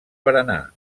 berenar